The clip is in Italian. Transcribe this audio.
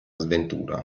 sventura